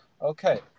Okay